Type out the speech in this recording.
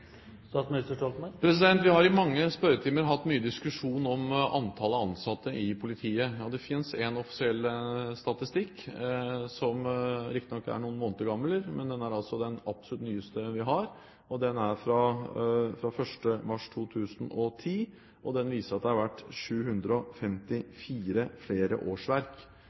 Vi har i mange spørretimer hatt mye diskusjon om antall ansatte i politiet. Det fins en offisiell statistikk, som riktignok er noen måneder gammel, men den er den absolutt nyeste vi har, og den er fra 1. mars 2010. Den viser at det har blitt 754 flere årsverk